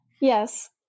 Yes